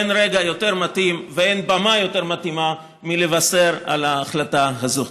אין רגע יותר מתאים ואין במה יותר מתאימה לבשר על ההחלטה הזאת.